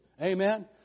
Amen